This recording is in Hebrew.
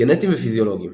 גנטיים ופיזיולוגיים